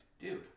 Dude